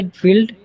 field